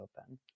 open